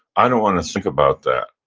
i don't want to think about that.